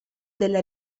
della